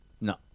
No